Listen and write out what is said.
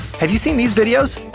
have you seen these videos?